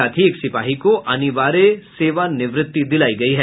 साथ ही एक सिपाही को अनिवार्य सेवानिवृत्ति दिलायी गयी है